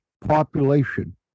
population